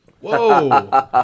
Whoa